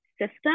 system